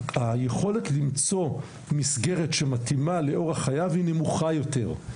היכולת למצוא מסגרת שמתאימה לאורח חייו היא נמוכה יותר,